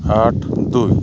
ᱟᱴ ᱫᱩᱭ